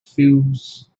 feels